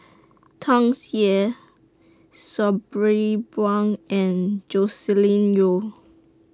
Tsung Yeh Sabri Buang and Joscelin Yeo